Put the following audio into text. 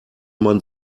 man